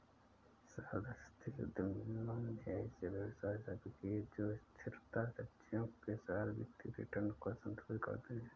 सहस्राब्दी उद्यमियों ने ऐसे व्यवसाय स्थापित किए जो स्थिरता लक्ष्यों के साथ वित्तीय रिटर्न को संतुलित करते हैं